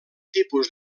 tipus